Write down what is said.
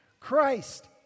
Christ